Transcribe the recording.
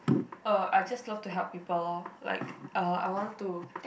uh I just love to help people lor like uh I want to